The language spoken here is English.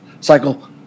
cycle